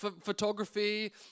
photography